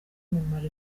umumaro